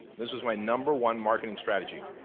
this was my number one marketing strategy.